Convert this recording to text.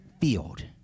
field